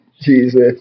Jesus